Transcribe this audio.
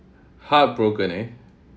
heartbroken eh